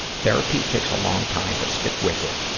therapy takes a long time, but stick with it.